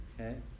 Okay